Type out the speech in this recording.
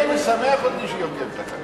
זה די משמח אותי שהיא עוקבת אחרי.